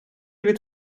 від